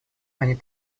они